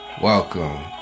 Welcome